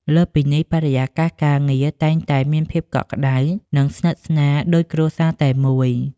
លើសពីនេះ បរិយាកាសការងារតែងតែមានភាពកក់ក្ដៅ និងស្និទ្ធស្នាលដូចគ្រួសារតែមួយ។